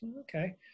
Okay